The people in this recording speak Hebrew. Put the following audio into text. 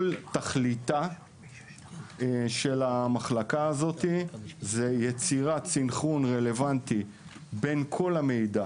כל תכליתה של המחלקה הזאת זה יצירת סנכרון רלוונטי בין כל המידע